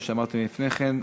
כמו שאמרתי לפני כן,